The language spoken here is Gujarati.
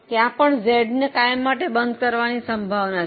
ત્યાં પણ Z ને કાયમ માટે બંધ કરવાની સંભાવના છે